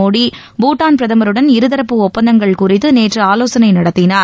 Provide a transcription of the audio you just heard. மோடி பூட்டான் பிரதமருடன் இருதரப்பு ஒப்பந்தங்கள் குறித்து நேற்று ஆலோசனை நடத்தினார்